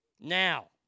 Now